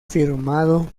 firmado